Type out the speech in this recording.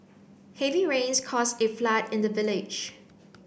heavy rains caused a flood in the village